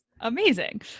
Amazing